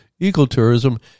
ecotourism